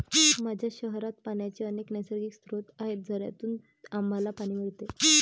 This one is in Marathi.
माझ्या शहरात पाण्याचे अनेक नैसर्गिक स्रोत आहेत, झऱ्यांतून आम्हाला पाणी मिळते